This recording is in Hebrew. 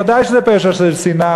ודאי שזה פשע של שנאה,